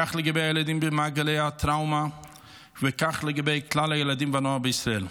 כך לגבי הילדים במעגלי הטראומה וכך לגבי כלל הילדים והנוער בישראל.